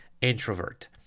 introvert